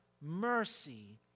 mercy